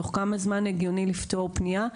תוך כמה זמן הגיוני לפתור פניה,